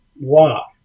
walk